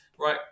Right